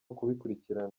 kubikurikirana